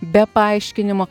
be paaiškinimo